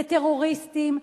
לטרוריסטים,